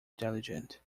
diligent